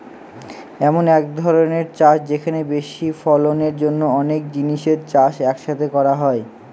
এমন এক ধরনের চাষ যেখানে বেশি ফলনের জন্য অনেক জিনিসের চাষ এক সাথে করা হয়